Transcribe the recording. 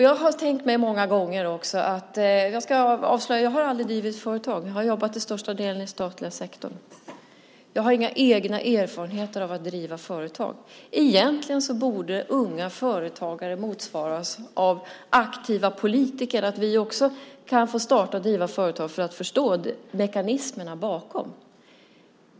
Jag ska avslöja att jag aldrig har drivit företag - jag har till största delen jobbat i den statliga sektorn. Jag har inga egna erfarenheter av att driva företag. Egentligen borde Unga Företagare motsvaras av "Aktiva Politiker", där vi också kan få starta och driva företag för att förstå mekanismerna bakom.